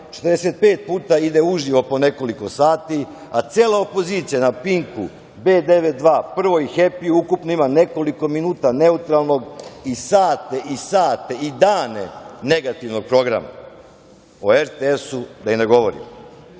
45 puta ide uživo po nekoliko sati a cela opozicija na „Pinku“, „B92“, „Prvoj“ i „Hepi“ ukupno ima nekoliko minuta neutralnog i sate i sate i dane negativnog programa, o RTS-u da i ne govorim.U